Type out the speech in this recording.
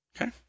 Okay